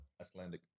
Icelandic